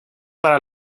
para